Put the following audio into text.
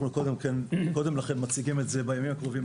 אנחנו קודם לכן מציגים את זה בימים הקרובים.